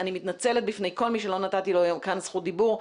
אני מתנצלת בפני כל מי שלא נתתי לו היום כאן זכות דיבור.